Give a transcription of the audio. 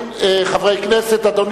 אין מתנגדים ואין נמנעים.